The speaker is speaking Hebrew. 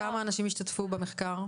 אוקיי וכמה אנשים השתתפו במחקר?